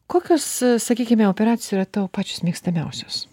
kokios sakykime operacija yra tavo pačios mėgstamiausios